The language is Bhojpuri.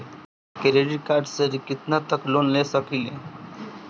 क्रेडिट कार्ड से कितना तक लोन ले सकईल?